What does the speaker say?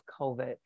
COVID